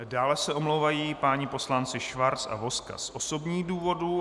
Dále se omlouvají páni poslanci Schwarz a Vozka z osobních důvodů.